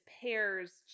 pears